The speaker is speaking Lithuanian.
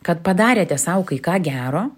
kad padarėte sau kai ką gero